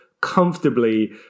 comfortably